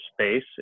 space